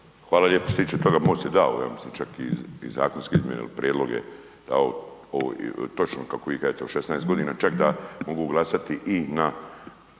Hvala lijepo. Što se tiče toga možda … ja mislim čak i zakonske izmjene i prijedloge točno kako ih eto 16 godina čak da mogu glasati i na